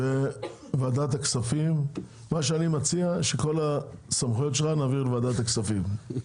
וועדת הכספים: מה שאני מציע שכל הסמכויות שלה נעביר לוועדת הכספים.